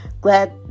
glad